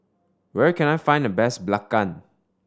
where can I find the best belacan